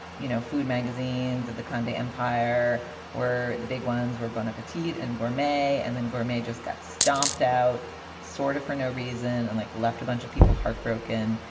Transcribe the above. you know, food magazines at the candy empire were the big ones were bon appetit and gourmet. and then gourmet just got stomped out sort of for no reason and like left a bunch of people heartbroken.